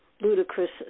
ludicrous